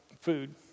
food